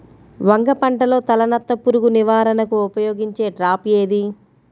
వంగ పంటలో తలనత్త పురుగు నివారణకు ఉపయోగించే ట్రాప్ ఏది?